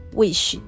wish